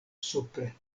supre